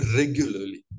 regularly